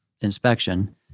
inspection